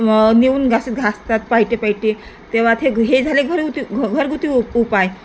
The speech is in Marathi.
नेऊन घासत घासतात पहाटे पहाटे तेव्हा ते हे झाले घर उत्ते घरगुती उ उपाय